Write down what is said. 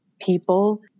people